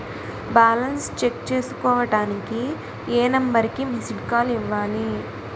Balance check చేసుకోవటానికి ఏ number కి మిస్డ్ కాల్ ఇవ్వాలి?